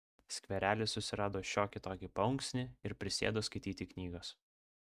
skverely susirado šiokį tokį paunksnį ir prisėdo skaityti knygos